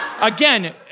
Again